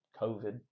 COVID